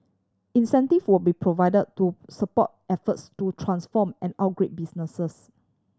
incentive will be provide to support efforts to transform and upgrade businesses